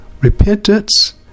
Repentance